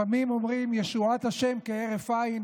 לפעמים אומרים: ישועת ה' כהרף עין,